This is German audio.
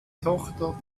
tochter